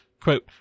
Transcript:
Quote